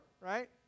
right